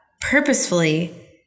purposefully